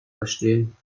verstehen